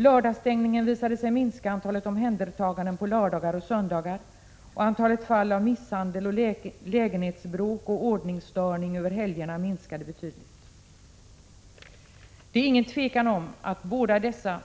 Lördagsstängningen visade sig minska antalet omhändertaganden på lördagar och söndagar, och antalet fall av misshandel, lägenhetsbråk och ordningsstörande över helgerna minskade betydligt. Det råder inget tvivel om att båda dessa